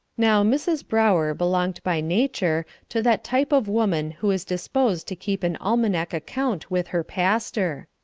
now mrs. brower belonged by nature to that type of woman who is disposed to keep an almanac account with her pastor.